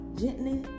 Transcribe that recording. gently